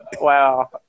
Wow